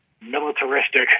militaristic